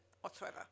whatsoever